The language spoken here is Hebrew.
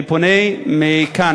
אני פונה מכאן,